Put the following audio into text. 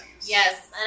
Yes